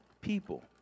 people